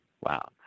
Wow